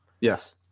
Yes